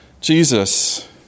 Jesus